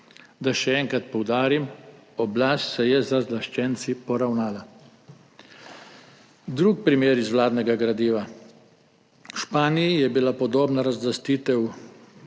Da še enkrat poudarim, oblast se je z razlaščenci poravnala. Drugi primer iz vladnega gradiva – v Španiji je bila podobna razlastitev